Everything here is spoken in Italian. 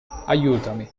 aiutami